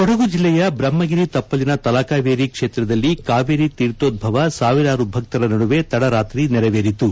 ಕೊಡಗುಜಿಲ್ಲೆಯ ಬ್ರಹ್ಮಗಿರಿ ತಪ್ಪಲಿನ ತಲಕಾವೇರಿ ಕ್ಷೇತ್ರದಲ್ಲಿ ಕಾವೇರಿ ತೀರ್ಥೋದ್ಬವ ಸಾವಿರಾರು ಭಕ್ತರ ನಡುವೆ ತಡರಾತ್ರಿ ನೆರವೇರಿತು